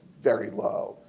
very low.